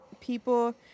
people